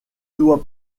doit